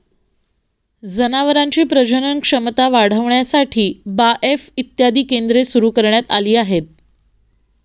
जनावरांची प्रजनन क्षमता वाढविण्यासाठी बाएफ इत्यादी केंद्रे सुरू करण्यात आली आहेत